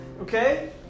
okay